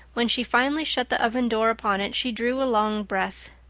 when she finally shut the oven door upon it she drew a long breath.